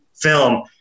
film